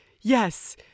yes